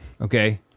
okay